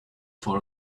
for